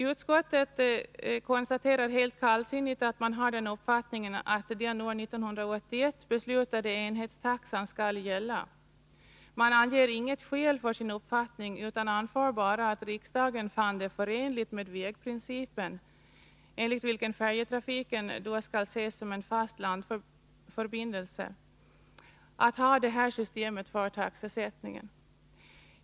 Utskottet konstaterar helt kallsinnigt att man har den uppfattningen att den år 1981 beslutade enhetstaxan skall gälla. Man anger inget skäl för sin uppfattning utan anför bara att riksdagen fann det förenligt med vägprincipen — enligt vilken färjetrafiken skall ses som en fast landförbindelse — att ha detta system för taxesättningen.